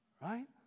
right